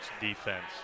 defense